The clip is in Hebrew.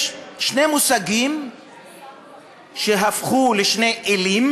יש שני מושגים שהפכו לשני אלים,